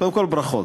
קודם כול ברכות,